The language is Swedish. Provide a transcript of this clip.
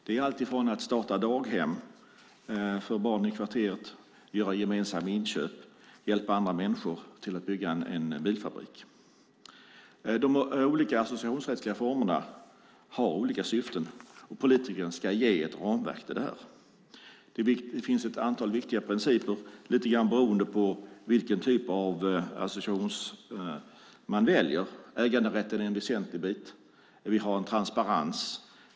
Det gäller alltifrån att starta daghem för barn i kvarteret och att göra gemensamma inköp till att hjälpa andra människor att bygga en bilfabrik. De olika associationsrättsliga formerna har olika syften, och politiken ska ge ett ramverk för dem. Det finns ett antal viktiga principer lite grann beroende på vilken typ av associationsrätt man väljer. Äganderätten är en väsentlig bit. Vi har en transparens.